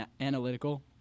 analytical